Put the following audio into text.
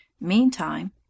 Meantime